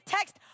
Text